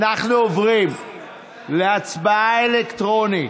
אנחנו עוברים להצבעה אלקטרונית.